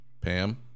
Pam